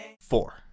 four